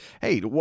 hey